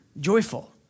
joyful